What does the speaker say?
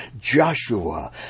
Joshua